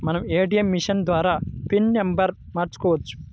మనం ATM machine ద్వారా PIN నెంబర్ను మార్చుకోవచ్చు